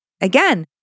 Again